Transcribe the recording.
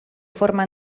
forma